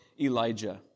Elijah